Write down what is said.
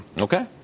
Okay